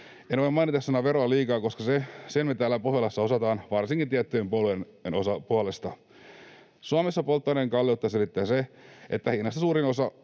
En voi mainita sanaa ”vero” liikaa, koska se me täällä Pohjolassa osataan, varsinkin tiettyjen puolueiden puolesta. Suomessa polttoaineen kalleutta selittää se, että hinnasta suurin osa